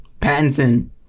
Pattinson